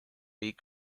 beat